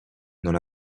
non